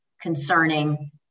concerning